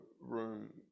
room